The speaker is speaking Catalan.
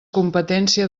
competència